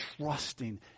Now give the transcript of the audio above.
trusting